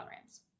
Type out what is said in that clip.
Rams